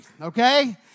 Okay